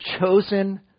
chosen